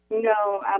No